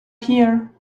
here